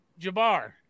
Jabbar